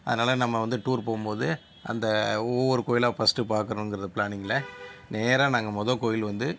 அதனால் நம்ம வந்து டூர் போகும்போது அந்த ஒவ்வொரு கோவிலா ஃபஸ்ட்டு பார்க்கணுங்கற ப்ளானிங்கில் நேராக நாங்கள் மொதல் கோவில் வந்து